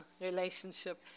relationship